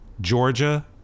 Georgia